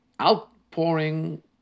outpouring